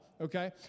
Okay